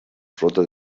flota